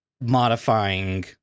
modifying